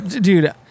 dude